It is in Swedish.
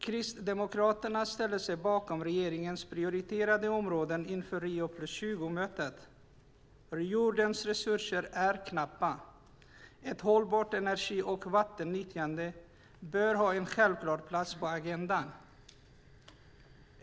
Kristdemokraterna ställer sig bakom regeringens prioriterade områden inför Rio + 20-mötet. Jordens resurser är knappa. Ett hållbart energi och vattennyttjande bör ha en självklar plats på agendan.